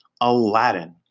Aladdin